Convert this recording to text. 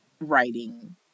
writing